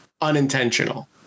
unintentional